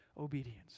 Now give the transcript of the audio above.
obedience